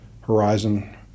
horizon